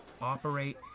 operate